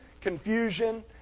confusion